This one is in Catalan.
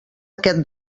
aquest